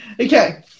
okay